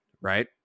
right